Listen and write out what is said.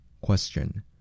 Question